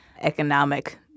economic